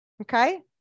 okay